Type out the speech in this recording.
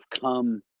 come